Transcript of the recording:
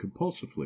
compulsively